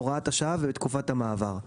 וההוראה שקיימת היום לגבי דואר רשום תימחק?